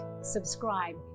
subscribe